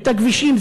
את הכבישים.